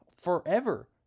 forever